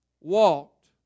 walked